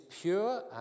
pure